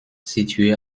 situé